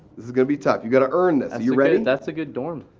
this is going to be tough. you got to earn this. are you ready? that's a good dorm.